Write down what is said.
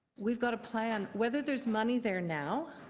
we've got a plan. whether there's money there now,